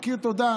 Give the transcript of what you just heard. מכיר תודה,